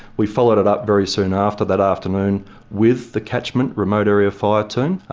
we followed it up very soon after that afternoon with the catchment remote area fire team.